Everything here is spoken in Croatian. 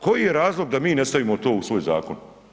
Koji je razlog da mi ne stavimo to u svoj zakon?